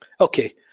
Okay